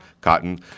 Cotton